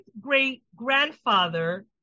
great-grandfather